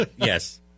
Yes